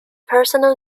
personal